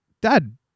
dad